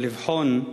או לבחון,